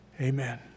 amen